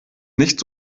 nicht